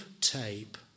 tape